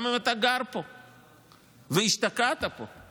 גם אם אתה גר פה והשתקעת פה,